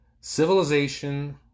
civilization